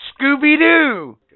Scooby-Doo